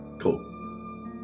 cool